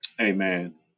Amen